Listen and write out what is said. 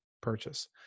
purchase